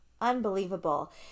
unbelievable